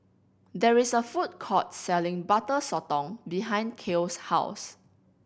there is a food court selling Butter Sotong behind Kale's house